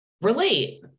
Relate